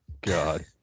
God